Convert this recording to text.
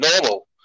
normal